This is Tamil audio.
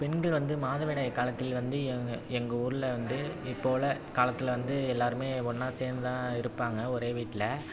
பெண்கள் வந்து மாதவிடாய் காலத்தில் வந்து எங்கள் எங்கள் ஊரில் வந்து இப்போ உள்ள காலத்தில் வந்து எல்லாரும் ஒன்னா சேர்ந்து தான் இருப்பாங்க ஒரே வீட்டில்